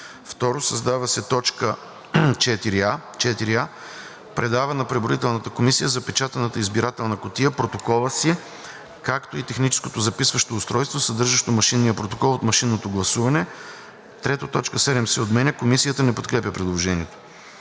2. Създава се т. 4а: „4а. предава на преброителната комисия запечатаната избирателна кутия, протокола си, както и техническото записващо устройство, съдържащо машинния протокол от машинното гласуване ;“ 3. Точка 7 се отменя.“ Комисията не подкрепя предложението.